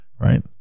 Right